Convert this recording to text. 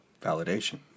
validation